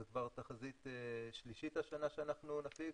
זו כבר תחזית שלישית השנה שאנחנו נכין,